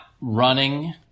running